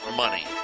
money